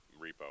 repo